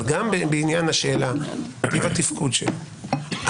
אבל גם בעניין השאלה סביב התפקוד שלו,